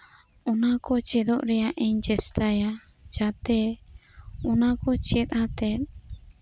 ᱚᱱᱟ ᱠᱚ ᱪᱮᱫᱚᱜ ᱨᱮᱭᱟᱜ ᱤᱧ ᱪᱮᱥᱴᱟᱭᱟ ᱡᱟᱛᱮ ᱚᱱᱟ ᱠᱚ ᱪᱮᱫ ᱠᱟᱛᱮᱫ